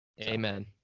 Amen